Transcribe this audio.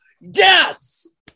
Yes